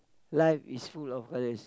life is full of colours